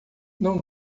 não